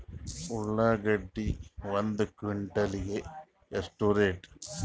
ಉಳ್ಳಾಗಡ್ಡಿ ಒಂದು ಕ್ವಿಂಟಾಲ್ ಗೆ ಎಷ್ಟು ರೇಟು?